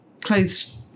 clothes